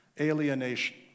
Alienation